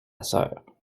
sœur